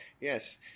Yes